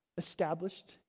Established